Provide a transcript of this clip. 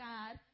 God